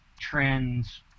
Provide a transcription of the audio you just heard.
trends